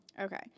Okay